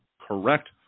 correct